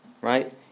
right